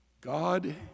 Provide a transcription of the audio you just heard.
God